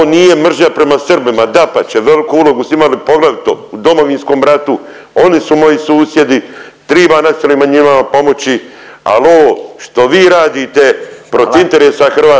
nije mržnja prema Srbima dapače veliku ulogu su imali poglavito u Domovinskom ratu, oni su moji susjedi, triba nacionalnim manjinama pomoći ali ovo što vi radite protiv … …/Upadica